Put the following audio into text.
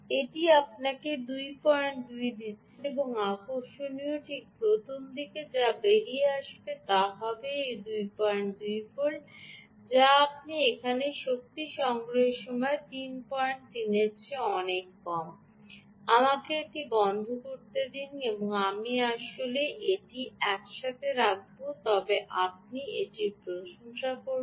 এটি আপনাকে 22 দিচ্ছে এবং আকর্ষণীয় ঠিক প্রথমদিকে যা বেরিয়ে আসবে তা হবে এই 22 ভোল্ট যা আপনি এখানে শক্তি সংগ্রহের সময় 33 এর চেয়ে অনেক কম আমাকে এটি বন্ধ করতে দিন আমি আসলে এটি এক সাথে রাখব তবেই আপনি এটির প্রশংসা করবেন